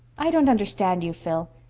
i don't understand you, phil.